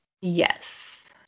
Yes